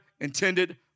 intended